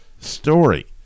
story